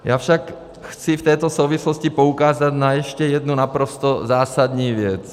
Já však chci v této souvislosti poukázat na ještě jednu naprosto zásadní věc.